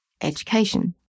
education